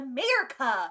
America